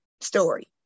story